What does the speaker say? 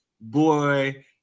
boy